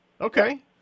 Okay